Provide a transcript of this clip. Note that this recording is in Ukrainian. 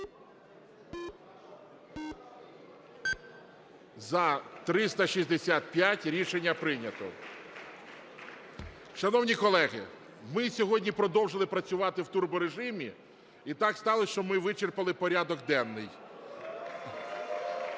За – 365 Рішення прийнято. Шановні колеги, ми сьогодні продовжили працювати в турборежимі, і так сталося, що ми вичерпали порядок денний.